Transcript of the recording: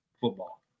Football